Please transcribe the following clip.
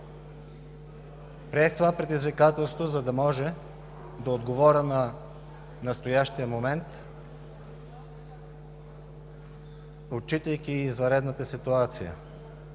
Приех това предизвикателство, за да мога да отговоря на настоящия момент, отчитайки извънредната ситуация.